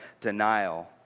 denial